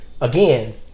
again